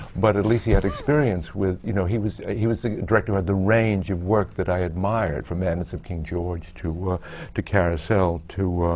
but at least he had experience with you know, he was he was the director who had the range of work that i admired, from madness of king george to ah to carousel to